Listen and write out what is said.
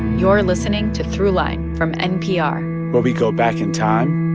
you're listening to throughline from npr where we go back in time.